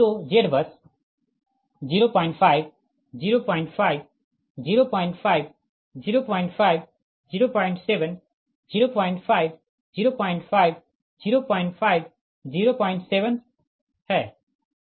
तो ZBUS05 05 05 05 07 05 05 05 07 है